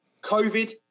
Covid